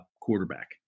quarterback